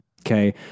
Okay